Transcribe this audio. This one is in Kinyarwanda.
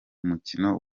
mukino